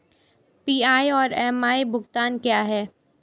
PI और MI भुगतान क्या हैं?